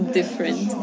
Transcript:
different